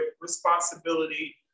responsibility